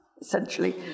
essentially